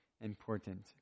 Important